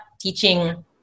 teaching